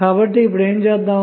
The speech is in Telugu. కాబట్టి ఏమి చేద్దాము